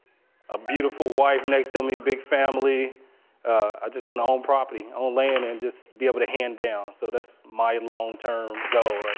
ah beautiful wife next to me. a big family. i just want to own property. own land and just be able to hand down. so that's my long term goal